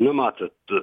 nu matot